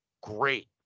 great